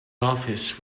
office